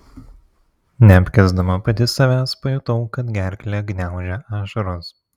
neapkęsdama pati savęs pajutau kad gerklę gniaužia ašaros